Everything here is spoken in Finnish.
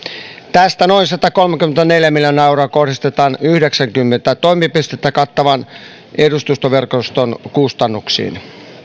tästä noin satakolmekymmentäneljä miljoonaa euroa kohdistetaan yhdeksänkymmentä toimipistettä kattavan edustustoverkon kustannuksiin